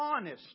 honest